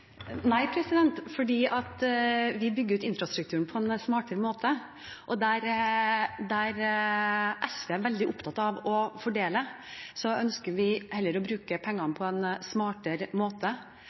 Nei, for vi bygger ut infrastrukturen på en smartere måte. Der SV er veldig opptatt av å fordele, ønsker vi heller å bruke pengene